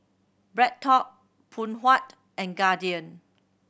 BreadTalk Phoon Huat and Guardian